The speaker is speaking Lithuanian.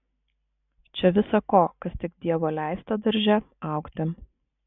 čia visa ko kas tik dievo leista darže augti